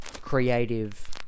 creative